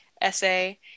essay